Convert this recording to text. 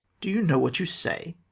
do you know what you say?